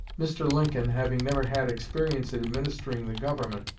mr. lincoln, having never had experience in administering the government,